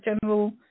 general